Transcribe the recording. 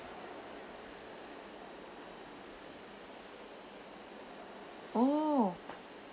oh